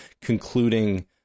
concluding